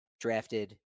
drafted